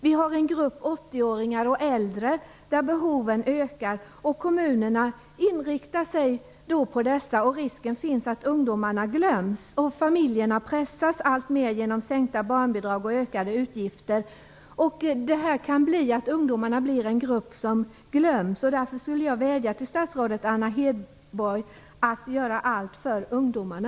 Vi har en grupp 80-åringar och äldre där behoven ökar, och kommunerna inriktar sig på dessa. Risken finns att ungdomarna glöms bort och att familjerna pressas alltmer genom sänkta barnbidrag och ökade utgifter. Det kan innebära att ungdomarna glöms bort. Därför vädjar jag till statsrådet Anna Hedborg att göra allt för ungdomarna.